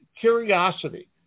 curiosity